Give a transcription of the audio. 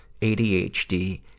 ADHD